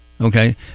okay